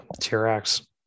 T-Rex